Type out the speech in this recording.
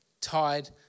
Tied